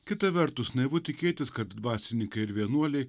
kita vertus naivu tikėtis kad dvasininkai ir vienuoliai